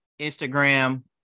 Instagram